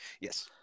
Yes